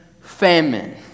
famine